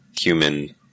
human